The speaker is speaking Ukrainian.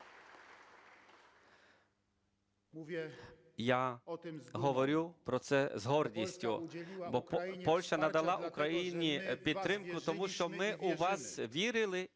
Я говорю про це з гордістю, бо Польща надала Україні підтримку, тому що ми в вас вірили